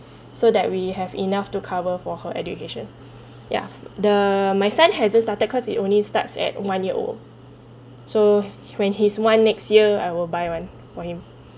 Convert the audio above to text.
so that we have enough to cover for her education ya the my son hasn't started because it only starts at one year old so when he's one next year I will buy one for him